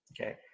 Okay